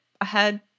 ahead